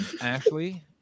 Ashley